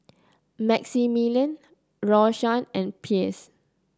Maximilian Rashawn and Pierce